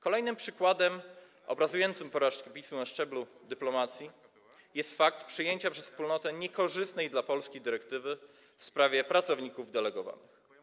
Kolejnym przykładem obrazującym porażki PiS-u na szczeblu dyplomacji jest fakt przyjęcia przez Wspólnotę niekorzystnej dla Polski dyrektywy w sprawie pracowników delegowanych.